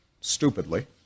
stupidly